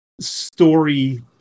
story